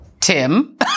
Tim